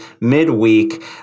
midweek